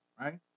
right